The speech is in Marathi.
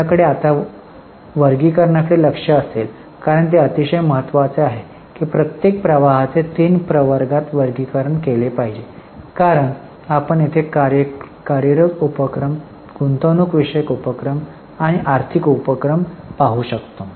आपल्याकडे आता वर्गीकरणाकडे लक्ष असेल कारण ते अतिशय महत्वाचे आहे की प्रत्येक प्रवाहाचे तीन प्रवर्गात वर्गीकरण केले पाहिजे कारण आपण येथे कार्यरत उपक्रमगुंतवणूक विषयक उपक्रम आणि आर्थिक उपक्रम पाहू शकतो